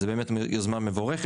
אז זה באמת יוזמה מבורכת.